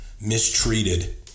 Mistreated